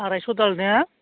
आरायस' दाल ने